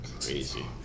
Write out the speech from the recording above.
Crazy